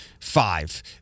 five